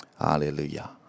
Hallelujah